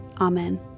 amen